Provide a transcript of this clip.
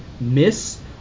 miss